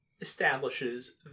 establishes